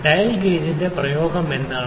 dial ഗേജിന്റെ പ്രയോഗം എന്താണ്